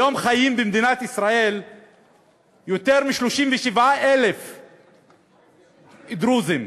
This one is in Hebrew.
היום חיים במדינת ישראל יותר מ-37,000 דרוזים,